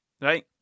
Right